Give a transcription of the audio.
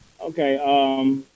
Okay